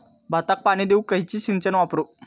भाताक पाणी देऊक खयली सिंचन वापरू?